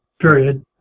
Period